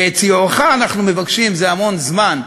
ואת סיועך אנחנו מבקשים זה המון זמן,